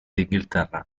inghilterra